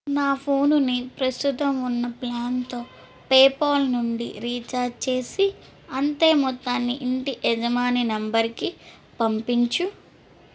నా ఫోనుని ప్రస్తుతం ఉన్న ప్ల్యాన్తో పేపాల్ నుండి రీఛార్జి చేసి అంతే మొత్తాన్ని ఇంటి యజమాని నంబరుకి పంపించు